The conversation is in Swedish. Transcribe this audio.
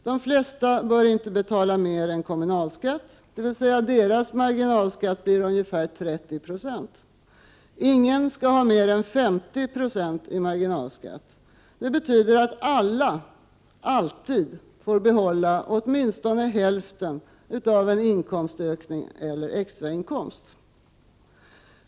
De flesta bör inte betala mer än kommunalskatt, dvs. deras marginalskatt blir ungefär 30 90. Ingen skall ha mer än 50 96 i marginalskatt. Det betyder att alla alltid får behålla åtminstone hälften av en inkomstökning eller extrainkomst.